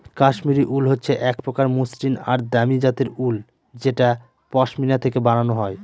Kashmiri wool হচ্ছে এক প্রকার মসৃন আর দামি জাতের উল যেটা পশমিনা থেকে বানানো হয়